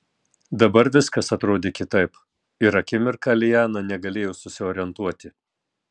dabar viskas atrodė kitaip ir akimirką liana negalėjo susiorientuoti